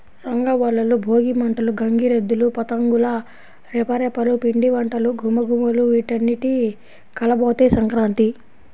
రంగవల్లులు, భోగి మంటలు, గంగిరెద్దులు, పతంగుల రెపరెపలు, పిండివంటల ఘుమఘుమలు వీటన్నింటి కలబోతే సంక్రాంతి